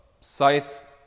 scythe